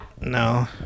no